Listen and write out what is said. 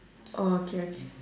oh okay okay